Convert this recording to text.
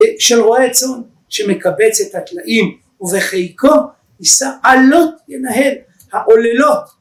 של רועי צאן שמקבץ את הטלאים ובחיקו ניסעה לו לנהל העוללות